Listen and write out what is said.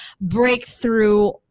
breakthrough